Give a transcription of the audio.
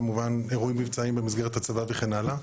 כמובן אירועים מבצעיים במסגרת הצבא וכן הלאה.